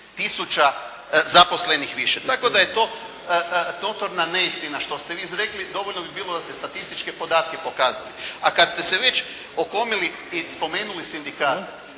tisuća zaposlenih više. Tako da je to notorna neistina što ste vi izrekli, dovoljno bi bilo da ste statističke podatke pokazali. A kada ste se već okomili i spomenuli sindikate